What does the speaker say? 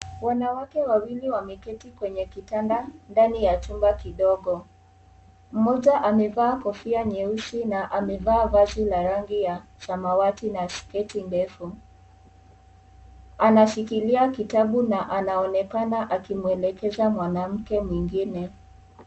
Wanawake wawili wameketi kwenye kitanda ndani ya chumba kidogo. Mmoja amevaa kofia nyeusi na amevaa vazi la rangi ya samawati na sketi ndefu. Anashikilia kitabu na anaonekana akimwelekeza mwanamke mwingine.